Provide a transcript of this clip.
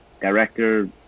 director